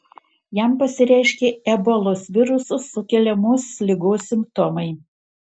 jam pasireiškė ebolos viruso sukeliamos ligos simptomai